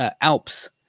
Alps